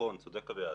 צודק אביעד,